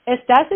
Estás